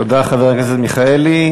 תודה, חבר הכנסת מיכאלי.